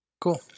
cool